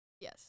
Yes